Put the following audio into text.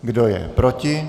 Kdo je proti?